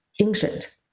ancient